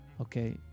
okay